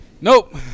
Nope